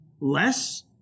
less